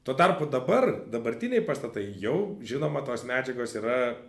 tuo tarpu dabar dabartiniai pastatai jau žinoma tos medžiagos yra